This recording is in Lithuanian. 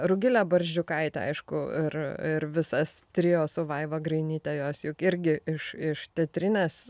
rugilė barzdžiukaitė aišku ir ir visas trio su vaiva grainyte jos juk irgi iš iš teatrinės